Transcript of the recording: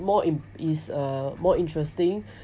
more in it's a more interesting